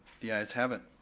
the ayes have it.